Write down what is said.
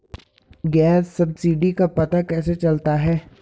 Gas subsidy का पता कैसे चलता है?